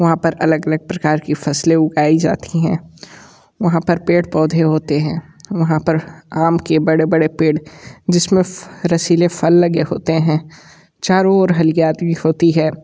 वहाँ पर अलग अलग प्रकार की फसलें उगाई जाती हैं वहाँ पर पेड़ पौधे होते हैं वहाँ पर आम के बड़े बड़े पेड़ जिसमें रसीले फल लगे होते हैं चारों हरियाली होती है